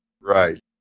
Right